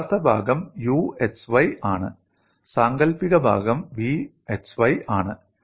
യഥാർത്ഥ ഭാഗം u x y ആണ് സാങ്കൽപ്പിക ഭാഗം v x y ആണ്